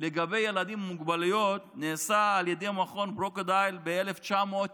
לגבי ילדים עם מוגבלויות נעשה על ידי מכון ברוקדייל ב-1997.